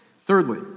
Thirdly